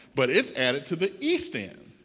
but it's added to the east end.